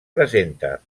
presenta